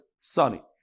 sunny